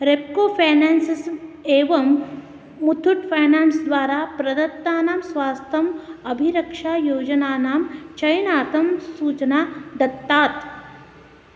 Repco finances एवं Muthoot finance द्वारा प्रदत्तानां स्वास्तम् अभिरक्षायोजनानां चयनार्थं सूचनां दत्तात्